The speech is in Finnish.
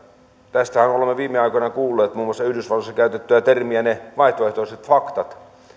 tästähän olemme viime aikoina kuulleet muun muassa yhdysvalloissa on käytetty termiä vaihtoehtoiset faktat